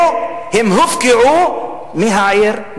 אם אני אתן את הנתון החשוב ביותר למדידת הפערים בקבלה לאוניברסיטאות,